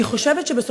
כבר